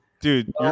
dude